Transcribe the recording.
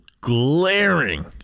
glaring